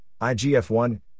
IGF-1